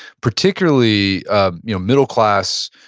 particularly ah you know middle class,